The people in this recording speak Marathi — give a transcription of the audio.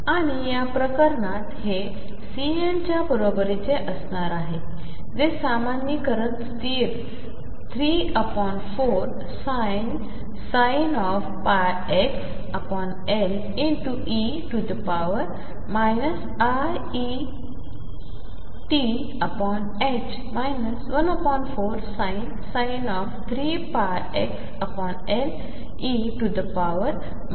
आणियाप्रकरणातहेCnच्याबरोबरीचेअसणारआहेजेसामान्यीकरणस्थिर34sinπxLe iE1t 14sin3πxLe iE3t